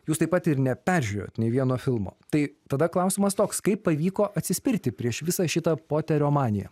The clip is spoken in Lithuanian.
jūs taip pat ir neperžiūrėjot nei vieno filmo tai tada klausimas toks kaip pavyko atsispirti prieš visą šitą poterio maniją